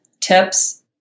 tips